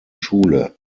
schule